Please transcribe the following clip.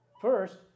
First